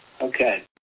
Okay